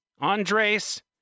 Andres